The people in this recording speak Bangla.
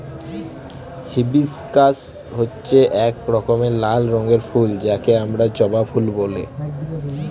হিবিস্কাস হচ্ছে এক রকমের লাল রঙের ফুল যাকে আমরা জবা ফুল বলে